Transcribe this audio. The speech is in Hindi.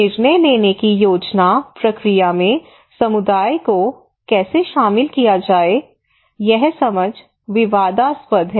निर्णय लेने की योजना प्रक्रिया में समुदाय को कैसे शामिल किया जाए यह समझ विवादास्पद है